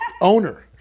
Owner